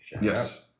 Yes